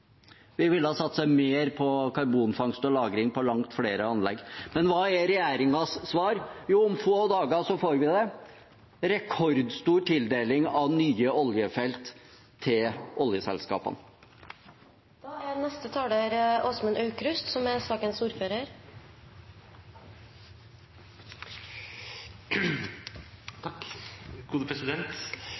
Vi ville ha satset mer på karbonfangst og -lagring på langt flere anlegg. Men hva er regjeringens svar? Jo, om få dager får vi det: rekordstor tildeling av nye oljefelt til oljeselskapene. Først til replikkordskiftet mellom Espen Barth Eide og Sveinung Rotevatn, som